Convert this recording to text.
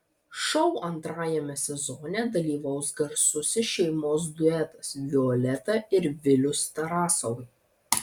šou antrajame sezone dalyvaus garsusis šeimos duetas violeta ir vilius tarasovai